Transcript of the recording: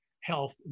health